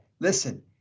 Listen